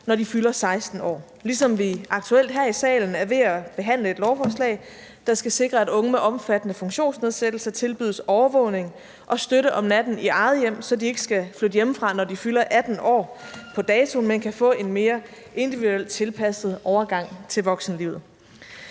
når de fylder 16 år, ligesom vi aktuelt her i salen er ved at behandle et lovforslag, der skal sikre, at unge med omfattende funktionsnedsættelse tilbydes overvågning og støtte om natten i eget hjem, så de ikke skal flytte hjemmefra, når de fylder 18 år, på datoen, men kan få en mere individuelt tilpasset overgang til voksenlivet.